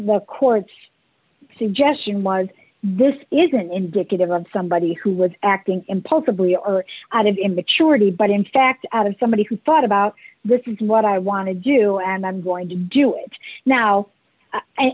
the court's suggestion was this isn't indicative of somebody who was acting impulsively or out of immaturity but in fact out of somebody who thought about this is what i want to do and i'm going to do it now and